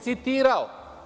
Citirao.